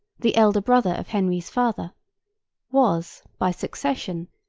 the elder brother of henry's father was, by succession,